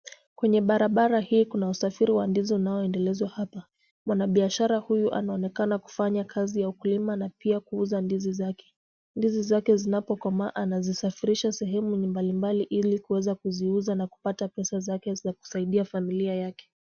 Kwenye barabara hii kuna usafiri wa ndizi unaoendelezwa hapa. Mwanabiashara huyu anaonekana kufanya kazi ya ukulima na pia kuuza ndizi zake. Ndizi zake zinapokomaa anazisafirisha sehemu mbalimbali ili kuweza kuziuza na kupata pesa zake za kusaidia familia yake.